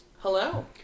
Hello